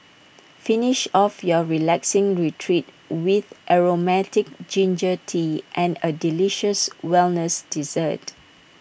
finish off your relaxing retreat with Aromatic Ginger Tea and A delicious wellness dessert